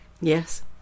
Yes